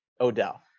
Odell